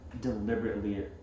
deliberately